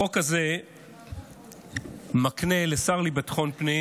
החוק הזה מקנה לשר לביטחון פנים